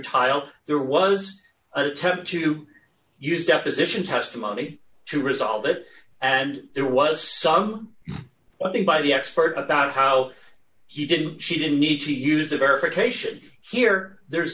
trial there was an attempt to use deposition testimony to resolve it and there was some i think by the expert about how he didn't she didn't need to use the verification here there's